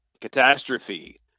catastrophe